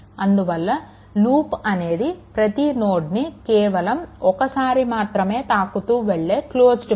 అందువల్ల లూప్ అనేది ప్రతి నోడ్ని కేవలం ఒకసారి మాత్రమే తాకుతూ వెళ్ళే క్లోజ్డ్ పాత్